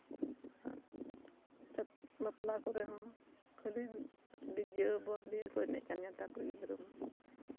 ᱟᱨ ᱮᱸᱜ ᱵᱟᱯᱞᱟ ᱠᱚᱨᱮ ᱦᱚᱸ ᱠᱷᱟᱹᱞᱤ ᱰᱤᱡᱮ ᱵᱚᱠᱥᱫᱤᱭᱮ ᱠᱚ ᱮᱱᱮᱡ ᱠᱟᱱ ᱱᱮᱴᱟᱨ ᱠᱚ ᱜᱤᱫᱽᱨᱟᱹ ᱢᱟ